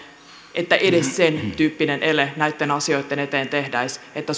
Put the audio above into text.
että edes sen tyyppinen ele näitten asioitten eteen tehtäisiin että